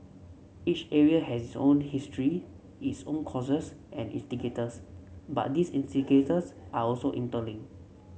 each area had its own history its own causes and instigators but these instigators are also interlinked